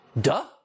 Duh